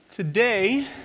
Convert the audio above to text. Today